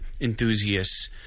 enthusiasts